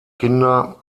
kinder